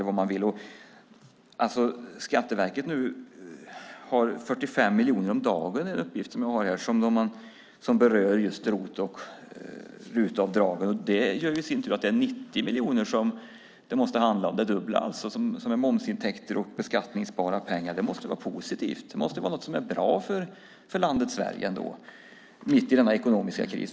Skatteverket har, enligt en uppgift som jag har, 45 miljoner om dagen som berör ROT och RUT-avdragen. Det gör i sin tur att det måste handla om 90 miljoner, alltså det dubbla som är momsintäkter och beskattningsbara pengar. Det måste vara positivt. Det måste ändå vara något som är bra för landet Sverige mitt i denna ekonomiska kris.